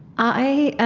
i